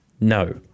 No